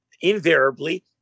invariably